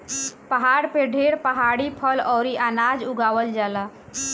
पहाड़ पे ढेर पहाड़ी फल अउरी अनाज उगावल जाला